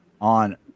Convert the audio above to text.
on